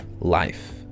life